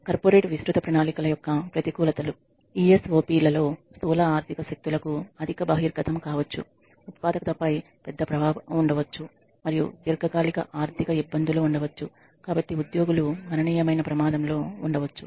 corporate విస్తృత ప్రణాళికల యొక్క ప్రతికూలతలు ESOP లలో స్థూల ఆర్థిక శక్తులకు అధిక బహిర్గతం కావచ్చు ఉత్పాదకతపై పెద్ద ప్రభావం ఉండవచ్చు మరియు దీర్ఘకాలిక ఆర్థిక ఇబ్బందులు ఉండవచ్చు కాబట్టి ఉద్యోగులు గణనీయమైన ప్రమాదంలో ఉండవచ్చు